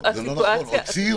זה לא נכון, הוציאו.